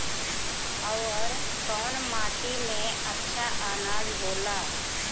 अवर कौन माटी मे अच्छा आनाज होला?